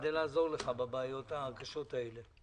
נשתדל לעזור לך בבעיות הקשות האלה.